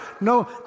No